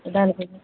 Udalguri